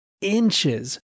inches